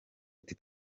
ati